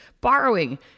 borrowing